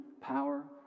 power